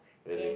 really